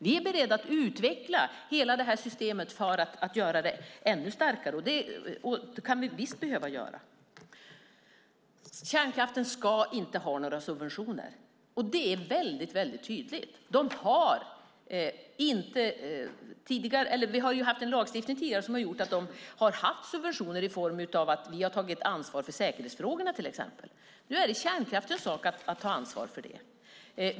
Vi är beredda att utveckla hela det här systemet för att göra det ännu starkare, och det kan vi visst behöva göra. Kärnkraften ska inte ha några subventioner. Vi har haft en lagstiftning tidigare som har gjort att de har haft subventioner i form av att vi har tagit ansvar för säkerhetsfrågorna, till exempel. Nu är det kärnkraftens sak att ta ansvar för det.